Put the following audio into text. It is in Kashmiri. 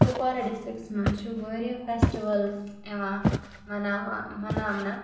کُپوارہ ڈِسٹِرٛکَس منٛز چھُ واریاہ فیسٹِوَلٕز یِوان مَناوان مَناونہٕ